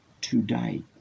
today